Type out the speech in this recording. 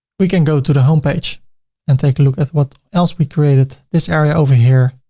we can go to the homepage and take a look at what else we created. this area over here,